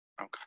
okay